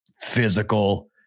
physical